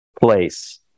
place